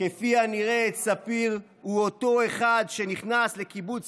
כפי הנראה את ספיר הוא אותו אחד שנכנס לקיבוץ